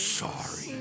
sorry